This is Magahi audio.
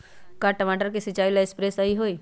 का टमाटर के सिचाई ला सप्रे सही होई?